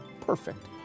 perfect